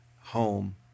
home